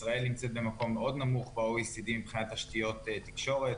ישראל נמצאת במקום מאוד נמוך ב-OECD מבחינת תשתיות תקשורת.